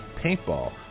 paintball